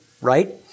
right